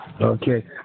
Okay